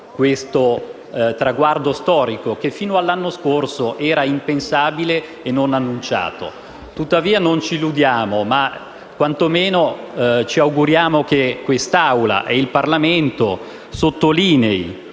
questo traguardo storico, che fino all'anno scorso era impensabile e non annunciato. Tuttavia non ci illudiamo, ma quantomeno ci auguriamo che il Parlamento sottolinei